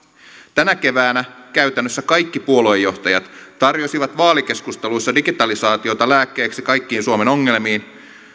tänä keväänä käytännössä kaikki puoluejohtajat tarjosivat vaalikeskusteluissa digitalisaatiota lääkkeeksi kaikkiin suomen ongelmiin